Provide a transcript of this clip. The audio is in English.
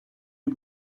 you